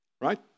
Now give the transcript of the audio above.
Right